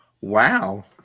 Wow